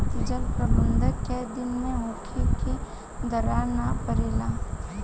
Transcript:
जल प्रबंधन केय दिन में होखे कि दरार न परेला?